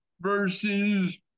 versus